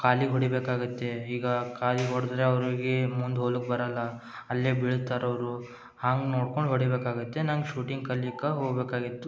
ಕಾಲಿಗೆ ಹೊಡಿಬೇಕಾಗುತ್ತೆ ಈಗ ಕಾಲಿಗೆ ಹೊಡ್ದ್ರೆ ಅವರಿಗೆ ಮುಂದೆ ಹೋಲುಕ್ ಬರಲ್ಲ ಅಲ್ಲೇ ಬೀಳ್ತಾರವ್ರು ಹಂಗೆ ನೋಡ್ಕೊಂಡು ಹೊಡಿಬೇಕಾಗುತ್ತೆ ನಂಗೆ ಶೂಟಿಂಗ್ ಕಲಿಕ್ಕ ಹೋಗಬೇಕಾಗಿತ್ತು